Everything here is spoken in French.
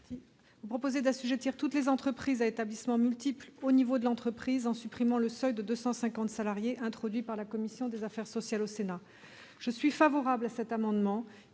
n° 633 tend à assujettir toutes les entreprises à établissements multiples au niveau de l'entreprise en supprimant le seuil de 250 salariés introduit par la commission des affaires sociales du Sénat. Je suis favorable à cet amendement,